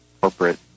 corporate